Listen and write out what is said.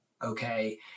Okay